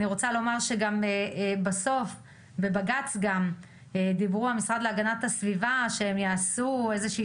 אני רוצה לומר שגם בבג"ץ דיברו בהגנת הסביבה שיעשו איזושהי